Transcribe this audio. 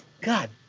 God